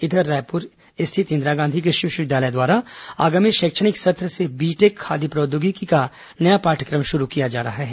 इधर रायपुर इंदिरा गांधी कृषि विश्वविद्यालय द्वारा आगामी शैक्षणिक सत्र से बीटेक खाद्य प्रौद्योगिकी का नया पाठ्यक्रम शुरू किया जा रहा है